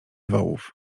wołów